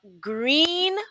green